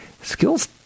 Skills